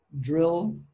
drill